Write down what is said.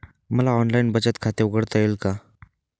मला ऑनलाइन बचत खाते उघडता येईल का?